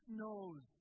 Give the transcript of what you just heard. knows